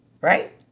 right